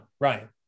Ryan